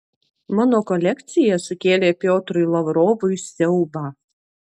mano kolekcija sukėlė piotrui lavrovui siaubą